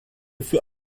für